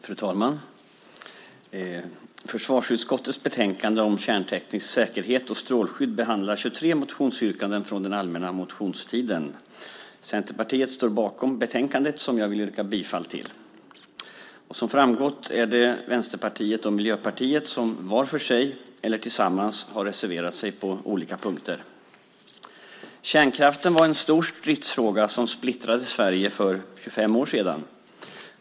Fru talman! I försvarsutskottets betänkande om kärnteknisk säkerhet och strålskydd behandlas 23 motionsyrkanden från den allmänna motionstiden. Centerpartiet står bakom betänkandet, och jag vill yrka bifall till förslaget i betänkandet. Som framgått är det Vänsterpartiet och Miljöpartiet som, var för sig eller tillsammans, har reserverat sig på olika punkter. Kärnkraften var en stor stridsfråga som splittrade Sverige för 25 år sedan.